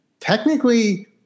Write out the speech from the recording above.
technically